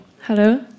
Hello